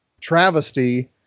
travesty